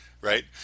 Right